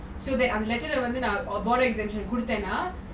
so that அந்த:antha letter eh வந்து நான்:vanthu naan board exams கு கொடுத்தன:ku kuduthana